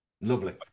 lovely